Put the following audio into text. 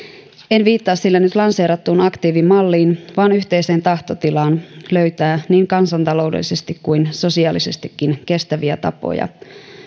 en viittaa sillä nyt lanseerattuun aktiivimalliin vaan yhteiseen tahtotilaan löytää niin kansantaloudellisesti kuin sosiaalisestikin kestäviä tapoja